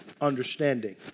understanding